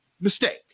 mistake